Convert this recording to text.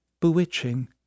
Bewitching